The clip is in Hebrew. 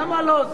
למה לא?